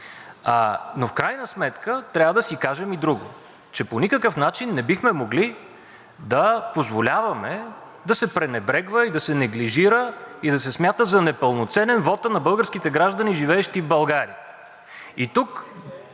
Но в крайна сметка, трябва да си кажем и друго, че по никакъв начин не бихме могли да позволяваме да се пренебрегва, да се неглижира и да се смята за непълноценен вотът на българските граждани, живеещи в България.